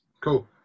Cool